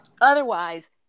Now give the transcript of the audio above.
Otherwise